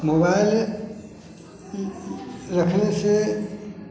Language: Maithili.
मोबाइल राखनेसँ